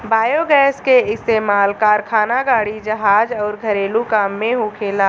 biogas के इस्तमाल कारखाना, गाड़ी, जहाज अउर घरेलु काम में होखेला